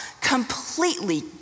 completely